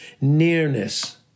nearness